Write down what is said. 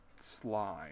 slime